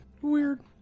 weird